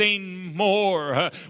more